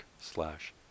slash